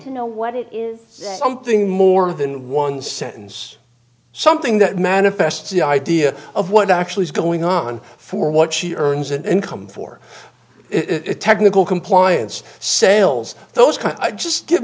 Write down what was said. to know what it is that something more than one sentence something that manifests the idea of what actually is going on for what she earns and income for it technical compliance sales those kind i just give